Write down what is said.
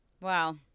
Wow